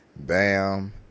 Bam